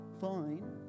Fine